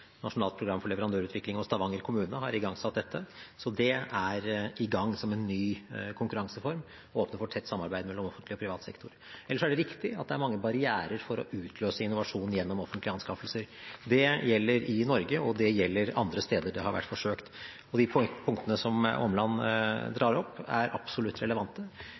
Nasjonalt program for leverandørutvikling – og Stavanger kommune har igangsatt dette. Det er i gang som en ny konkurranseform som åpner for tett samarbeid mellom offentlig og privat sektor. Ellers er det riktig at det er mange barrierer for å utløse innovasjon gjennom offentlige anskaffelser. Det gjelder i Norge, og det gjelder andre steder det har vært forsøkt. De punktene som Omland drar opp, er absolutt relevante.